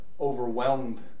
overwhelmed